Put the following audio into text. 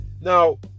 Now